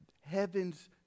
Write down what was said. heaven's